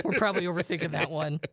probably overthinking that one.